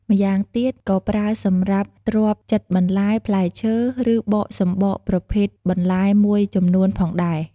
ម្យ៉ាងទៀត ក៏ប្រើសម្រាប់ទ្រាប់ចិតបន្លែ ផ្លែឈើ ឬបកសំបកប្រភេទបន្លែមួយចំនួនផងដែរ។